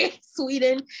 Sweden